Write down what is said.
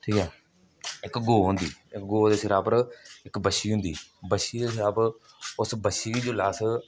ठीक ऐ इक गौ होंदी गौ दे सिरे उप्पर इक बच्छी होंदी बच्छी दे सिरै उप्पर उस बच्छी गी जिसलै अस